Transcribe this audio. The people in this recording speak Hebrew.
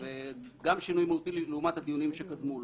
וגם שינוי מהותי לעומת הדיונים שקדמו לו.